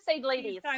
ladies